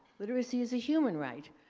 literacy is a human right.